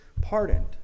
pardoned